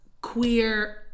queer